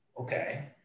Okay